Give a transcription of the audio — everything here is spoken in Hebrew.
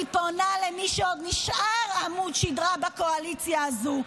אני פונה למי שעוד נשאר לו עמוד שדרה בקואליציה הזו,